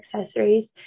accessories